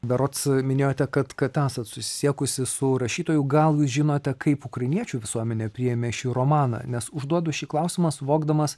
berods minėjote kad kad esat susisiekusi su rašytoju gal jūs žinote kaip ukrainiečių visuomenė priėmė šį romaną nes užduodu šį klausimą suvokdamas